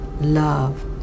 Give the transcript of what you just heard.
Love